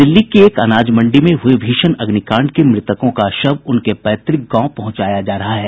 दिल्ली की एक अनाज मंडी में हुये भीषण अग्निकांड के मृतकों का शव उनके पैतृक गांव पहुंचाया जा रहा है